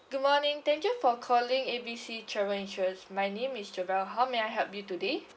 good morning thank you for calling A B C travel insurance my name is javal how may I help you today